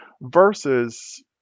versus